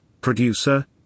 producer